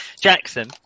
Jackson